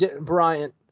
Bryant